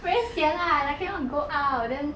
very sian lah like cannot go out then